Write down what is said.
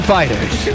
Fighters